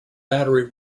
battery